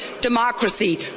democracy